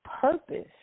purpose